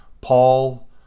Paul